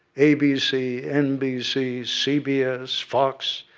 abc, nbc, cbs, fox,